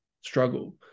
struggle